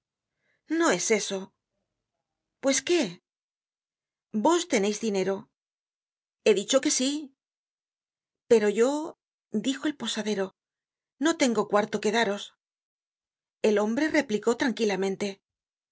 no es eso pues qué vos teneis dinero he dicho que sí pero yo dijo el posadero no tengo cuarto que daros el hombre replicó tranquilamente